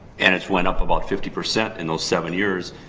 and it went up about fifty percent in those seven years.